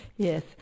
Yes